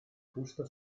fusto